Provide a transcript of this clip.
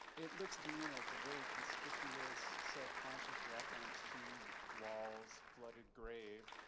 it looks to me like a very conspicuous self-conscious reference to wars, flooded grave,